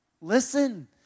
Listen